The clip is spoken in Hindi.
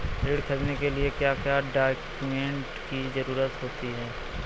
ऋण ख़रीदने के लिए क्या क्या डॉक्यूमेंट की ज़रुरत होती है?